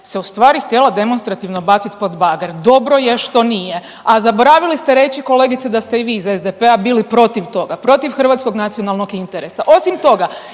se ustvari htjela demonstrativno bacit pod bager. Dobro je što nije. A zaboravili ste reći kolegice da ste i vi iz SDP-a bili protiv toga, protiv hrvatskog nacionalnog interesa. Osim toga,